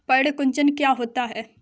पर्ण कुंचन क्या होता है?